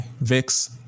vix